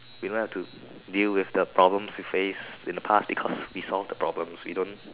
we don't have to deal with the problems they faced in past because we solve the problems we don't